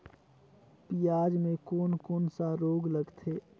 पियाज मे कोन कोन सा रोग लगथे?